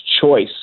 choice